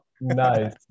Nice